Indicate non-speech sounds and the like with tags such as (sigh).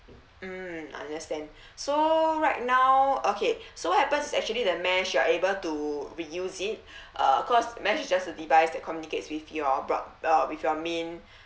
mm understand so right now okay so happens is actually the mesh you're able to be reuse it (breath) uh of course mesh is just a device that communicates with your broad uh with your main